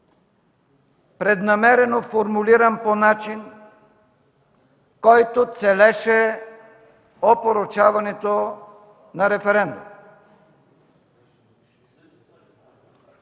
преднамерено формулиран по начин, който целеше опорочаването на референдума.